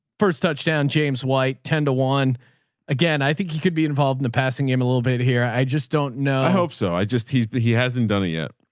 first touchdown, james white tend to one again. i think he could be involved in the passing game a little bit here. i just don't know. i hope so. i just he's. but he hasn't done it yet.